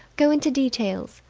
go into details.